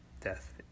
death